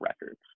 records